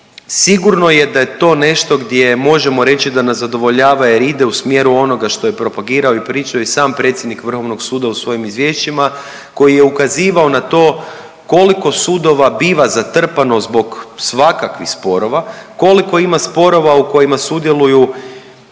sigurno je da je to nešto gdje možemo reći da nas zadovoljava jer ide u smjeru onoga što je propagirao i pričao i sam predsjednika Vrhovnog suda u svojim izvješćima koji je ukazivao na to koliko sudova biva zatrpano zbog svakakvih sporova, koliko ima sporova u kojima sudjeluju